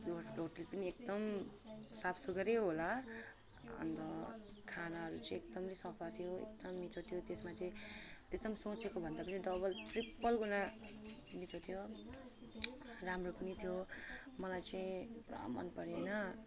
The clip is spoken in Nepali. पनि एकदम साफ सुग्घरै होला अन्त खानाहरू चाहिँ एकदमै सफा थियो एकदम मिठो थियो त्यसमा चाहिँ एकदम सोचेकोभन्दा डबल ट्रिपल गुना मिठो थियो राम्रो पनि थियो मलाई चाहिँ पुरा मन पऱ्यो होइन